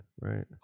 right